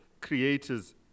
creators